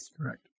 Correct